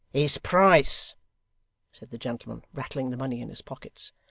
his price said the gentleman, rattling the money in his pockets,